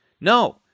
no